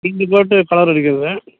ரெண்டு coat colour அடிக்கிறது